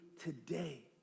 today